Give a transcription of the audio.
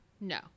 No